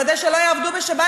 לוודא שלא יעבדו בשבת,